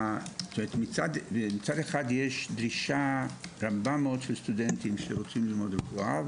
מצד אחד יש דרישה רבה מאוד של סטודנטים שרוצים ללמוד רפואה,